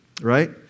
right